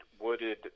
wooded